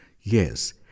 Yes